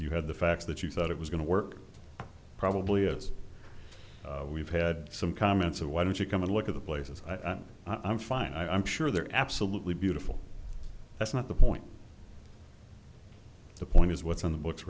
you had the facts that you thought it was going to work probably as we've had some comments of why don't you come and look at the places i'm fine i'm sure they're absolutely beautiful that's not the point the point is what's on the books